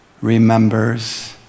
remembers